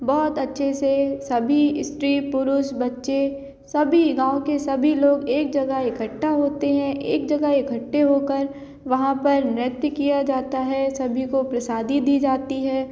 बहुत अच्छे से सभी स्त्री पुरुष बच्चे सभी गाँव के सभी लोग एक जगह इकट्ठा होते हैं एक जगह इकट्ठे होकर वहाँ पर नृत्य किया जाता है सभी को प्रसादी दी जाती है